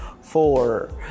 four